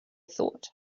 thought